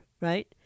right